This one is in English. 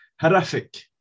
horrific